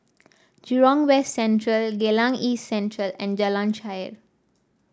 Jurong West Central Geylang East Central and Jalan Shaer